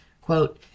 Quote